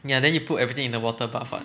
ya then you put everything in the water bath [what]